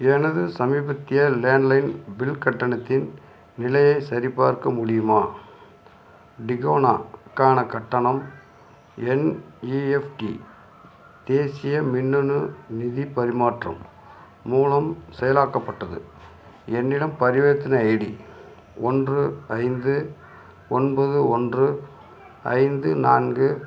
எனது சமீபத்திய landline bill கட்டணத்தின் நிலையைச் சரிபார்க்க முடியுமா டிகோனாக்கான கட்டணம் என்இஎஃப்டி தேசிய மின்னணு நிதி பரிமாற்றம் மூலம் செயலாக்கப்பட்டது என்னிடம் பரிவர்த்தனை ஐடி ஒன்று ஐந்து ஒன்பது ஒன்று ஐந்து நான்கு